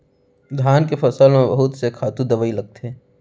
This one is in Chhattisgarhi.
धान के फसल म बहुत के खातू दवई लगथे